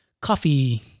coffee